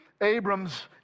Abram's